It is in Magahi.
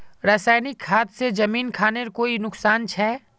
रासायनिक खाद से जमीन खानेर कोई नुकसान छे?